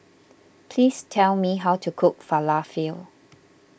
please tell me how to cook Falafel